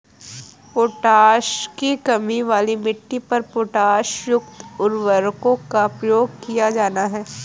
potash की कमी वाली मिट्टी पर पोटाशयुक्त उर्वरकों का प्रयोग किया जाना है